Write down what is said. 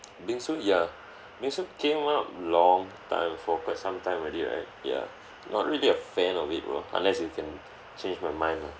bingsu ya bingsu came out long time for quite some time already right ya not really a fan of it bro unless you can change my mind lah